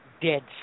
dead